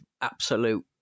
absolute